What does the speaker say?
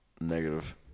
Negative